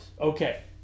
okay